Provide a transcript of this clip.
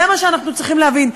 זה מה שאנחנו צריכים להבין.